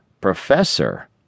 professor